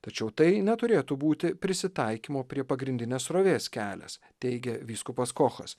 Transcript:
tačiau tai neturėtų būti prisitaikymo prie pagrindinės srovės kelias teigia vyskupas kochas